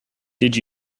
did